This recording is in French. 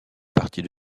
partie